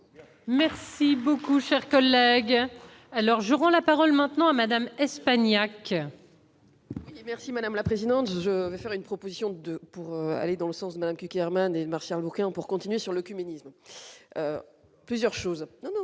Merci beaucoup, cher collègue. Alors je rends la parole maintenant à Madame Espagnac. Merci madame la présidente, je vais faire une proposition de pour aller dans le sens d'Inkermann et marcher un bouquin pour continuer sur le cuménisme plusieurs choses, non,